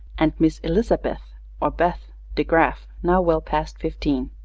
and miss elizabeth or beth de graf, now well past fifteen.